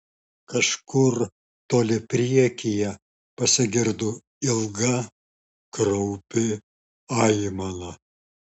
kažkur toli priekyje pasigirdo ilga kraupi aimana